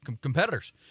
competitors